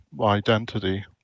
identity